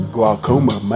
Glaucoma